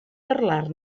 parlar